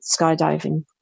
skydiving